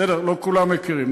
בסדר, לא כולם מכירים.